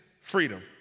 freedom